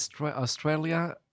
Australia